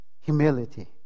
Humility